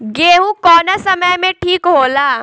गेहू कौना समय मे ठिक होला?